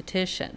petition